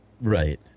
right